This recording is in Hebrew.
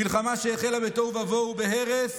מלחמה שהחלה בתוהו ובוהו, בהרס